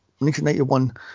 1991